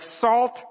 salt